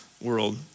world